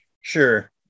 Sure